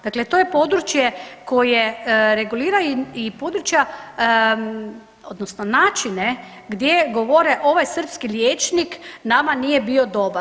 Dakle, to je područje koje regulira i područja odnosno načine gdje govore ovaj srpski liječnik nama nije bio dobar.